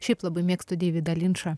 šiaip labai mėgstu deividą linčą